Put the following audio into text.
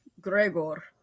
Gregor